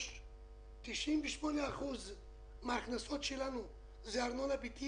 3. 98% מן ההכנסות שלנו מגיעות מארנונה בבתים.